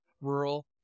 rural